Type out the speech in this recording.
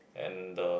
and the